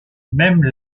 même